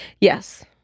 yes